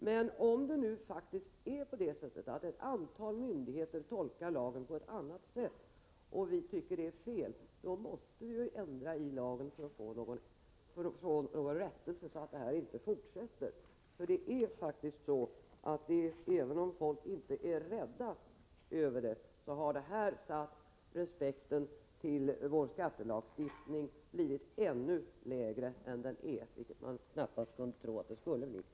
Men om det är så att ett antal myndigheter tolkar lagen på ett annat sätt och vi anser att det är fel måste vi ändra i lagen för att få rättelse, så att denna tillämpning inte fortsätter. Även om inte människor är rädda, har detta gjort att respekten för vår skattelagstiftning blivit ännu sämre än tidigare — vilket man knappast trodde att den kunde bli.